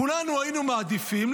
כולנו היינו מעדיפים,